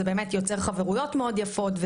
זה יוצר חברויות מאוד יפות,